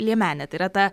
liemenė tai yra ta